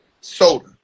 soda